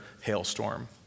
hailstorm